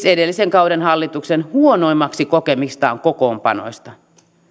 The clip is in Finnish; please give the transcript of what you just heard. edellisen kauden hallituksen huonoimmaksi kokemistaan kokoonpanoista